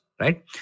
right